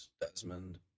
desmond